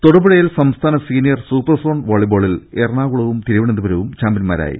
തൊടുപുഴയിൽ സംസ്ഥാന senior super zone വോളിബോളിൽ എറണാകു ളവും തിരുവനന്തപുരവും ചാമ്പ്യൻമാരായി